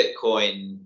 Bitcoin